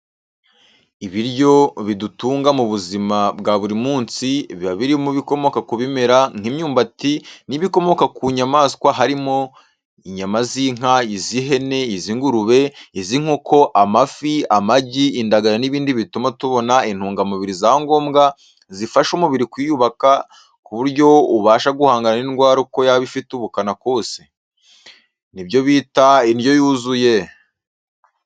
Ibiryo bidutunga mu buzima bwa buri munsi, biba birimo ibikomoka ku bimera nk'imyumbati n'ibikomoka ku nyamaswa harimo: inyama z'inka, iz'ihene, iz'ingurube, iz'inkoko, amafi, amagi, indagara n'ibindi bituma tubona intungamubiri za ngombwa zifasha umubiri kwiyubaka, ku buryo ubasha guhangana n'indwara uko yaba ifite ubukana kose. Ni byo bita indyo yuzuye.